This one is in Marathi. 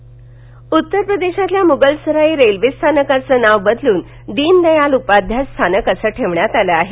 मुषलसराई उत्तर प्रदेशातल्या मुघलसराई रेल्वे स्थानकाचं नाव बदलून दीन दयाल उपाध्याय स्थानक असं ठेवण्यात आलं आहे